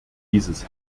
dieses